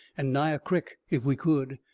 and nigh a crick, if we could.